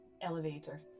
elevator